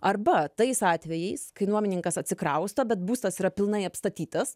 arba tais atvejais kai nuomininkas atsikrausto bet būstas yra pilnai apstatytas